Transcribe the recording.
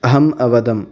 अहम् अवदम्